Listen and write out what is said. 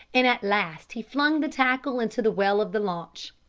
and at last he flung the tackle into the well of the launch.